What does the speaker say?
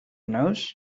nose